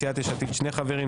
סיעת יש עתיד שני חברים,